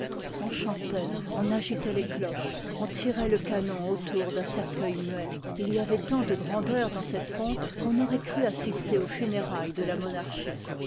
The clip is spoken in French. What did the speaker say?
on chantqit on agitoit les cloches on liroit je canpn autour d'un cercueil muet il y àvoit tant de grandeur dans ct'tte pompe qu'oii auroit cru assister aux lunerailles de la monarchie